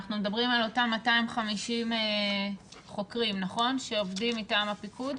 אנחנו מדברים על אותם 250 חוקרים שעובדים מטעם הפיקוד?